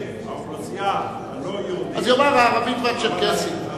כשהשר אומר "האוכלוסייה הלא-יהודית" אז יאמר "הערבית והצ'רקסית".